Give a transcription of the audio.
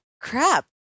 crap